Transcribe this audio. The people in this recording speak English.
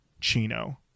Chino